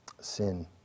sin